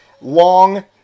long